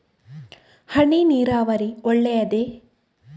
ಹನಿ ನೀರಾವರಿ ಒಳ್ಳೆಯದೇ?